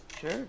Sure